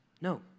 No